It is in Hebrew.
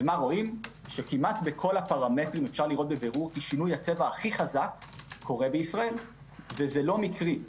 ורואים שכמעט בכל הפרמטרים שינוי הצבע הכי חזק קורה בישראל וזה לא מקרי.